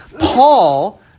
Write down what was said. Paul